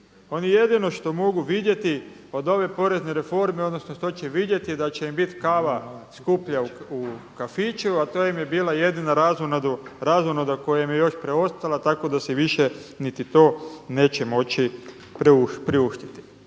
Oni jedino što mogu vidjeti od ove porezne reforme odnosno što će vidjeti da će im biti kava skuplja u kafiću, a to im je bila jedina razonoda koja im je još preostala tako da si više niti to neće moći priuštiti.